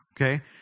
Okay